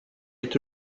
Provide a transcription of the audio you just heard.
est